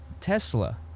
Tesla